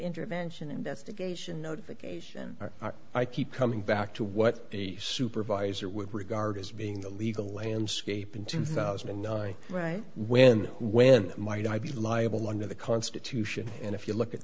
intervention investigation notification i keep coming back to what the supervisor would regard as being the legal landscape in two thousand and nine right when when might i be liable under the constitution and if you look at